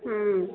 हूँ